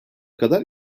kadar